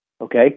Okay